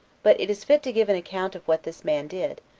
but it is fit to give an account of what this man did,